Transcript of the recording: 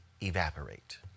evaporate